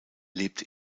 lebt